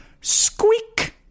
Squeak